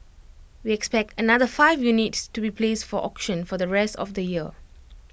we expect another five units to be placed for auction for the rest of the year